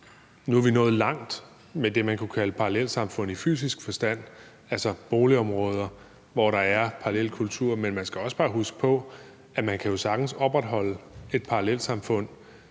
nu er vi nået langt med det, man kunne kalde parallelsamfund i fysisk forstand, altså boligområder, hvor der er parallelkultur, men man skal bare huske på, at man jo sagtens kan opretholde et parallelsamfund